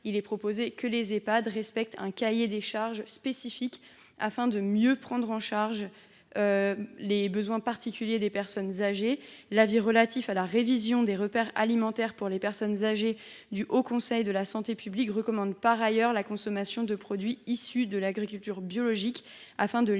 ainsi proposé que les Ehpad respectent un cahier des charges spécifique, afin de mieux prendre en compte les besoins particuliers des personnes âgées. Dans son avis du 18 mai 2021 relatif à la révision des repères alimentaires pour les personnes âgées, le Haut Conseil de la santé publique (HCSP) recommande par ailleurs la consommation de produits issus de l’agriculture biologique, afin de limiter